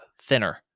thinner